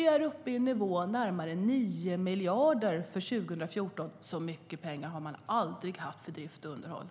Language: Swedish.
Vi är uppe i en nivå av närmare 9 miljarder för 2014. Så mycket pengar har man aldrig haft för drift och underhåll.